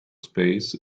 space